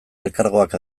elkargoak